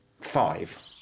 five